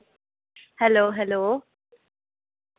hello hello